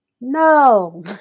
no